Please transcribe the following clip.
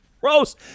gross